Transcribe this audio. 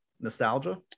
nostalgia